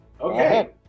okay